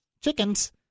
chickens